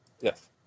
Yes